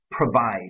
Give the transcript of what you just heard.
provide